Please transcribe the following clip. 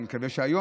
אני מקווה היום,